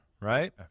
right